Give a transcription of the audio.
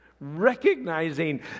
recognizing